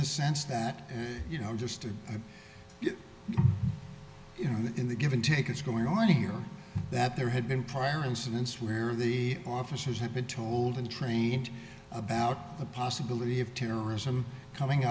the sense that you know just to get you know that in the give and take it's going on here that there had been prior incidents where the officers had been told and trained about the possibility of terrorism coming